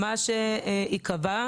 צה"ל יפעל לפי מה שייקבע.